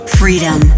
freedom